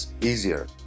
easier